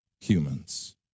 humans